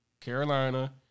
Carolina